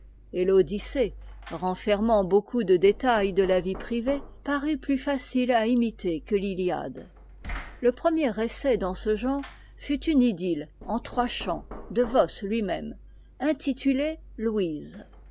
et l'odyssée renfermant beaucoup de détails de la vie privée parut plus facile à imiter que l'hiade le premier essai dans ce genre fut une idylle en trois chants de voss lui-même intitulée louise